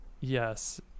Yes